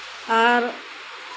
ᱟᱨ